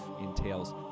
entails